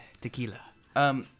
tequila